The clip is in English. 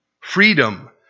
Freedom